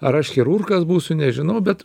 ar aš chirurgas būsiu nežinau bet